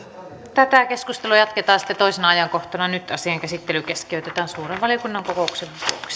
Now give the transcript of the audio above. tätä keskustelua jatketaan sitten toisena ajankohtana nyt asian käsittely keskeytetään suuren valiokunnan kokouksen